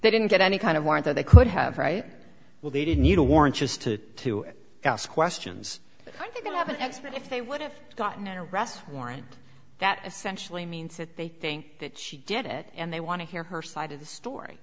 they didn't get any kind of warrant or they could have right well they didn't need a warrant just to to ask questions i didn't have an expert if they would have gotten an arrest warrant that essentially means that they think that she did it and they want to hear her side of the story